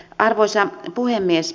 arvoisa puhemies